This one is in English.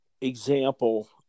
example